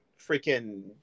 freaking